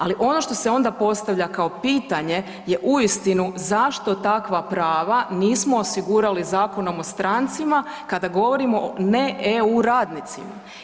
Ali, ono što se onda postavlja kao pitanje je uistinu zašto takva prava nismo osigurali Zakonom o strancima kada govorimo o ne EU radnicima.